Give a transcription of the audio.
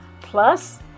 Plus